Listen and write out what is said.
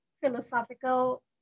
philosophical